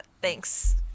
thanks